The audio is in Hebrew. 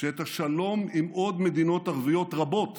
שאת השלום עם עוד מדינות ערביות רבות